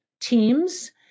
teams